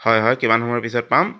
হয় হয় কিমান সময়ৰ পিছত পাম